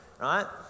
right